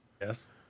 yes